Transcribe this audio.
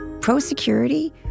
pro-security